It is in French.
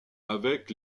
avec